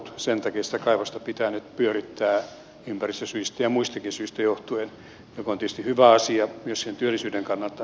sen takia sitä kaivosta pitää nyt pyörittää ympäristösyistä ja muistakin syistä johtuen mikä on tietysti hyvä asia myös sen työllisyyden kannalta